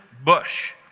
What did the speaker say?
bush